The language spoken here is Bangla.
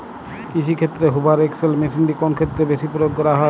কৃষিক্ষেত্রে হুভার এক্স.এল মেশিনটি কোন ক্ষেত্রে বেশি প্রয়োগ করা হয়?